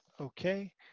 Okay